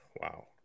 Wow